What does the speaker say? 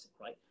right